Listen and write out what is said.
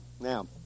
Now